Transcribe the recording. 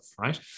Right